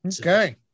Okay